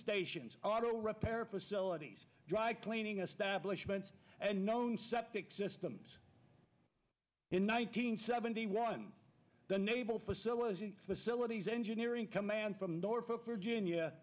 stations auto repair facilities dry cleaning of stablish vents and known septic systems in one nine hundred seventy one the naval facility facilities engineering command from norfolk virginia